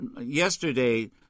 yesterday